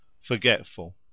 forgetful